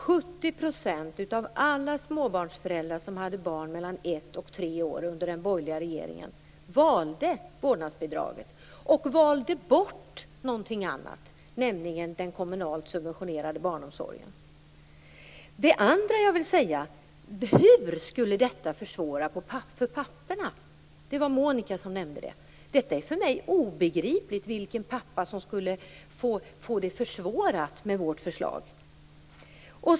70 % av alla småbarnsföräldrar som under den borgerliga regeringens tid hade barn mellan ett och tre år valde vårdnadsbidraget och valde bort någonting annat, nämligen den kommunalt subventionerade barnomsorgen. Det andra jag vill fråga är: Hur skulle vårdnadsbidraget försvåra för papporna, som Monica sade? Det är för mig obegripligt att någon pappa skulle få det försvårat med vårt förslag.